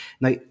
now